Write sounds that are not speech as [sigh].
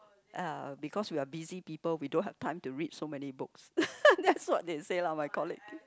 ya because we are busy people we don't have time to read so many books [laughs] that's what they said lah my colleague